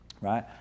right